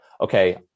okay